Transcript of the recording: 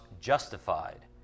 justified